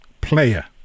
player